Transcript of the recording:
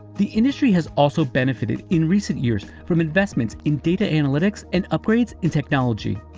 the industry has also benefited in recent years from investments in data analytics and upgrades in technology.